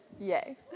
Yay